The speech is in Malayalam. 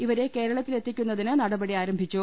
ഇവരെ കേരളത്തിലെ ത്തിക്കുന്നതിന് നടപടി ആരംഭിച്ചു